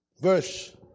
verse